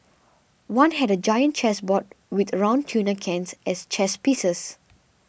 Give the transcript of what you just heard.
one had a giant chess board with round tuna cans as chess pieces